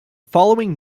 following